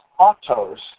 autos